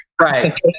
Right